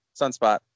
Sunspot